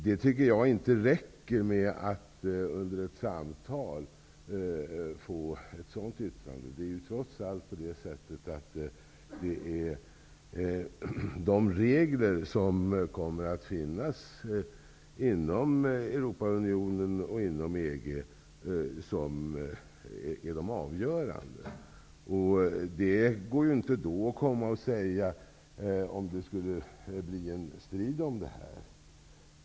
Jag tycker inte att det räcker att under ett samtal få ett sådant yttrande. Det är trots allt de regler som kommer att finnas inom Europaunionen och inom EG som är de avgörande. Om det blir en strid om detta går det inte att komma och hänvisa till ett sådant yttrande.